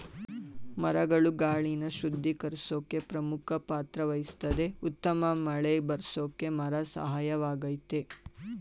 ಮರಗಳು ಗಾಳಿನ ಶುದ್ಧೀಕರ್ಸೋ ಪ್ರಮುಖ ಪಾತ್ರವಹಿಸ್ತದೆ ಉತ್ತಮ ಮಳೆಬರ್ರ್ಸೋಕೆ ಮರ ಸಹಾಯಕವಾಗಯ್ತೆ